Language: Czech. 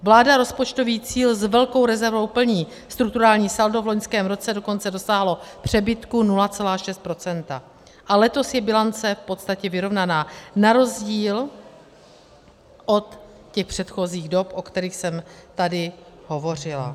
Vláda rozpočtový cíl s velkou rezervou plní, strukturální saldo v loňském roce dokonce dosáhlo přebytku 0,6 % a letos je bilance v podstatě vyrovnaná na rozdíl od těch předchozích dob, o kterých jsem tady hovořila.